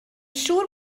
siŵr